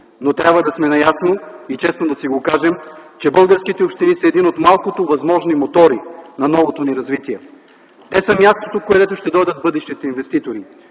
но трябва да сме наясно и честно да си го кажем, че българските общини са един от малкото възможни мотори на новото ни развитие. Те са мястото, където ще дойдат бъдещите инвеститори,